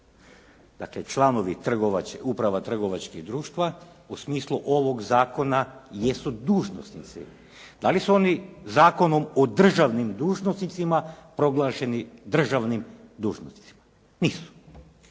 Dakle članovi uprava trgovačkih društva u smislu ovog zakona jesu dužnosnici. Da li su oni Zakonom o državnim dužnosnicima proglašeni državnim dužnosnicima? Nisu.